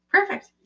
Perfect